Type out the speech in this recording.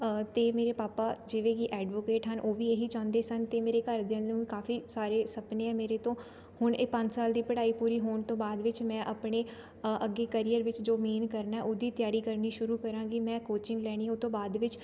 ਅਤੇ ਮੇਰੇ ਪਾਪਾ ਜਿਵੇਂ ਕਿ ਐਡਵੋਕੇਟ ਹਨ ਉਹ ਵੀ ਇਹੀ ਚਾਹੁੰਦੇ ਸਨ ਅਤੇ ਮੇਰੇ ਘਰਦਿਆਂ ਦੇ ਕਾਫ਼ੀ ਸਾਰੇ ਸਪਨੇ ਆ ਮੇਰੇ ਤੋਂ ਹੁਣ ਇਹ ਪੰਜ ਸਾਲ ਦੀ ਪੜ੍ਹਾਈ ਪੂਰੀ ਹੋਣ ਤੋਂ ਬਾਅਦ ਵਿੱਚ ਮੈਂ ਆਪਣੇ ਅੱਗੇ ਕਰੀਅਰ ਵਿੱਚ ਜੋ ਮੇਨ ਕਰਨਾ ਉਹ ਦੀ ਤਿਆਰੀ ਕਰਨੀ ਸ਼ੁਰੂ ਕਰਾਂਗੀ ਮੈਂ ਕੋਚਿੰਗ ਲੈਣੀ ਉਹ ਤੋਂ ਬਾਅਦ ਵਿੱਚ